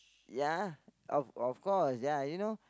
ya of of course ya you know